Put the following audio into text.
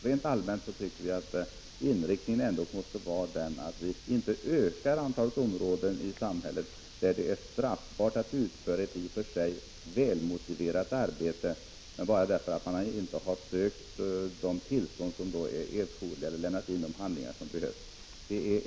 Rent allmänt anser vi att inriktningen måste vara den, att vi inte skall öka det antal områden i samhället där det är straffbart att utföra ett i och för sig välmotiverat arbete, bara därför att man inte har sökt ett tillstånd eller lämnat in de handlingar som erfordras.